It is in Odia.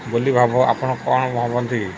ବୋଲି ଭାବ ଆପଣ କ'ଣ ଭାବନ୍ତି